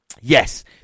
Yes